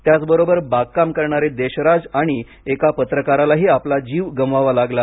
त्याचबरोबर बागकाम करणारे देशराज आणि एका पत्रकरालाही आपला जीव गमवावा लागला